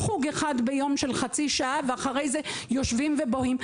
יש חוג אחד ביום של חצי שעה ואחרי זה הם יושבים ובוהים.